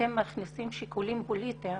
אתם מצניחים שיקולים פוליטיים